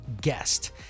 guest